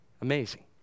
Amazing